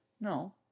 No